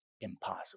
impossible